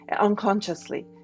unconsciously